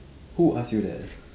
who ask you that